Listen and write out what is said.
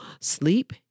sleep